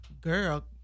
girl